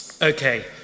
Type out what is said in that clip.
Okay